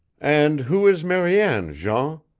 and who is mariane, jean?